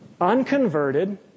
Unconverted